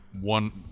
one